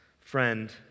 friend